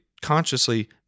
consciously